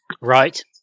Right